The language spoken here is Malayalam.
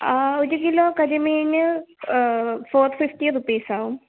ഒരു കിലോ കരിമീനിന് ഫോർ ഫിഫ്റ്റി റുപ്പീസാവും